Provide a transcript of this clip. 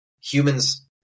humans